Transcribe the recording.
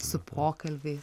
su pokalbiais